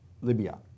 Libya